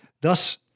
thus